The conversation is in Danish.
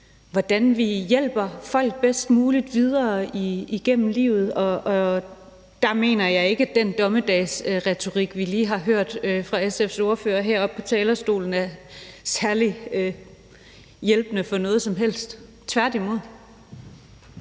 hvordan vi hjælper folk bedst muligt videre igennem livet. Og der mener jeg ikke, at den dommedagsretorik, vi lige har hørt fra SF's ordfører oppe på talerstolen, er særlig hjælpende for noget som helst – tværtimod.